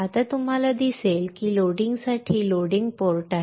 आता तुम्हाला दिसेल की लोडिंगसाठी लोडिंग पोर्ट आहे